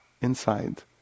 inside